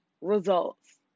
results